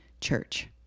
church